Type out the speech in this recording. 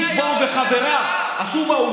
נוסבאום וחבריו עשו, מי היה ראש הממשלה?